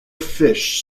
fish